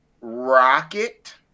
Rocket